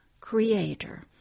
creator